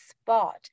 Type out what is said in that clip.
spot